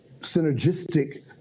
synergistic